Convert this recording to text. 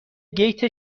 گیت